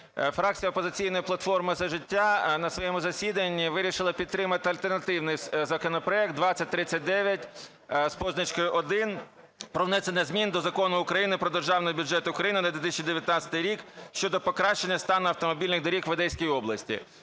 фракція "Опозиційна платформа – За життя" на своєму засіданні вирішила підтримати альтернативний законопроект 2039 з позначкою 1 про внесення змін до Закону України "Про Державний бюджет України на 2019 рік" щодо покрашення стану автомобільних доріг в Одеській області.